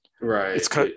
Right